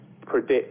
predict